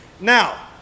Now